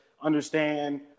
understand